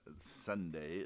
Sunday